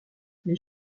les